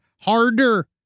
harder